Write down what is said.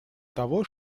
того